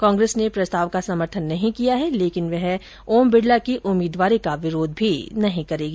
कांग्रेस ने प्रस्ताव का समर्थन नहीं किया है लेकिन वह ओम बिड़ला की उम्मीदवारी का विरोध भी नहीं करेगी